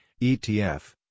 ETF